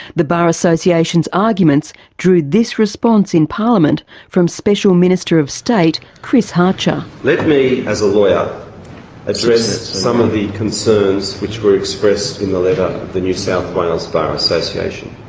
the bar association's arguments drew this response in parliament from special minister of state, chris hartcher. let me as a lawyer address some of the concerns which were expressed in the letter of the new south wales bar association.